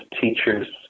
teachers